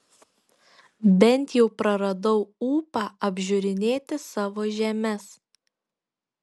bent jau praradau ūpą apžiūrinėti savo žemes